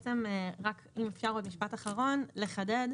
רק אם אפשר עוד משפט אחרון לחדד.